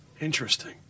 Interesting